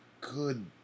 good